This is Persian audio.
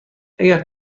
اگر